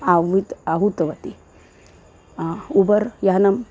आहूत् आहूतवती उबर्यानम्